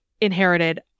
inherited